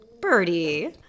Birdie